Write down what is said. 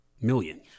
million